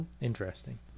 interesting